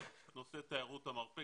לנושא תיירות המרפא,